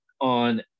on